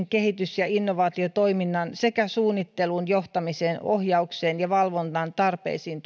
kehitys ja innovaatiotoiminnan sekä suunnittelun johtamisen ohjauksen ja valvonnan tarpeisiin